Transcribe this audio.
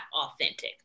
authentic